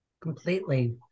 Completely